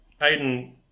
aiden